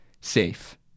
safe